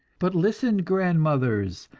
but listen, grandmothers!